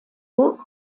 bureau